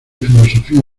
filosofía